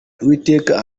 uwiteka